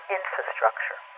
infrastructure